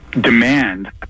demand